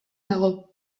dago